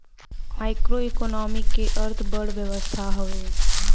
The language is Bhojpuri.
मैक्रोइकोनॉमिक्स के अर्थ बड़ अर्थव्यवस्था हवे